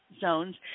zones